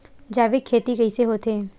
जैविक खेती कइसे होथे?